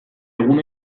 egun